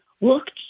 looked